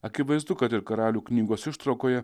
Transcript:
akivaizdu kad ir karalių knygos ištraukoje